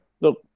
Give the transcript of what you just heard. Look